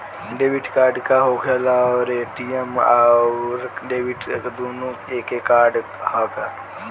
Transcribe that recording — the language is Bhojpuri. डेबिट कार्ड का होखेला और ए.टी.एम आउर डेबिट दुनों एके कार्डवा ह का?